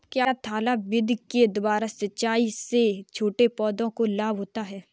क्या थाला विधि के द्वारा सिंचाई से छोटे पौधों को लाभ होता है?